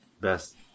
best